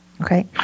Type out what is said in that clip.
Okay